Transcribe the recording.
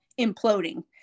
imploding